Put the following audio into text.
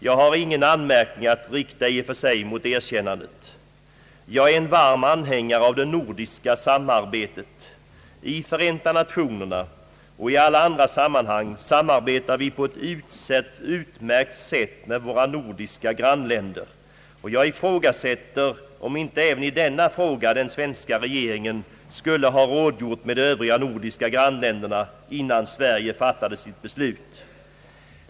Jag har ingen anmärkning att rikta i och för sig mot erkännandet. Jag är en varm anhängare av det nordiska samarbetet. I Förenta nationerna och i alla andra sammanhang samarbetar vi på ett utmärkt sätt med våra nordiska grannländer, och jag ifrågasätter om inte även i denna fråga den svenska regeringen skulle ha rådgjort med de övriga nordiska länderna innan Sverige fattade sitt beslut.